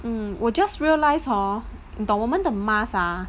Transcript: um 我 just realise hor 你懂我们的 mask ah